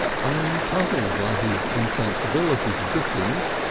i am puzzled by his insensibility to dickens,